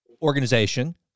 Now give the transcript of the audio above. organization